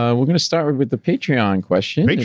um we're gonna start with with the patreon question. but yeah